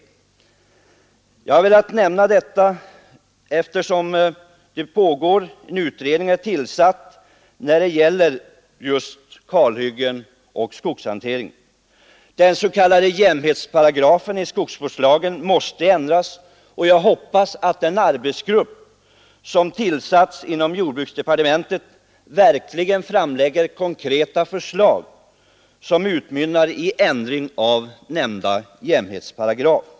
Jag har velat nämna detta eftersom det tillsatts en utredning om just kalhyggen och skogshantering. Den s.k. jämhetsparagrafen i skogsvårdslagen måste ändras, och jag hoppas att den arbetsgrupp som tillsatts inom jordbruksdepartementet verkligen framlägger konkreta förslag som utmynnar i ändring av nämnda jämhetsparagraf.